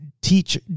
teach